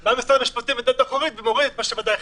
בא משרד המשפטים בדלת האחורית ומוריד את מה שהוועדה הכניסה.